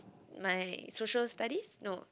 my social studies no